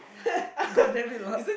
god damn it lah